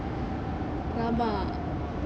rabak